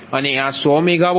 અને આ 100 મેગાવોટ છે